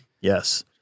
yes